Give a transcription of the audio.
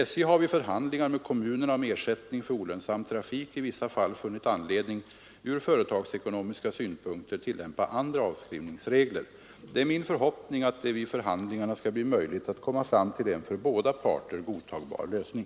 SJ har vid förhandlingar med kommunerna om ersättning för olönsam trafik i vissa fall funnit anledning ur företagsekonomiska synpunkter tillämpa andra avskrivningsregler. Det är min förhoppning att det vid förhandlingarna skall bli möjligt att komma fram till en för båda parter godtagbar lösning.